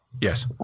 Yes